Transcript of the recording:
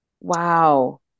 Wow